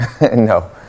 No